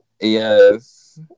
yes